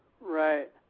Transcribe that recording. Right